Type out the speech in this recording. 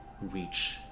reach